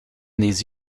these